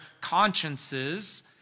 consciences